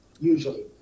usually